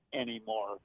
anymore